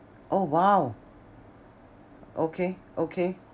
oh !wow! okay okay